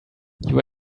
you